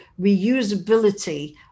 reusability